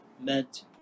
meant